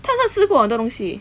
她很像试过很多东西